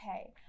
okay